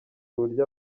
uburyo